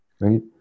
right